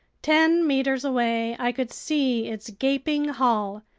ten meters away, i could see its gaping hull,